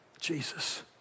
Jesus